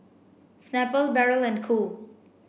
Snapple Barrel and Cool